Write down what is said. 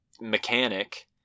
mechanic